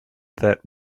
that